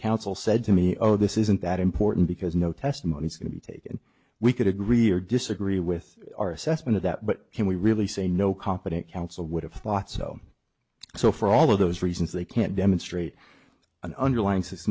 counsel said to me oh this isn't that important because no testimony is going to take and we could agree or disagree with our assessment of that but can we really say no competent counsel would have thought so so for all of those reasons they can't demonstrate an underlying says